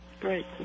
Great